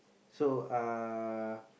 so uh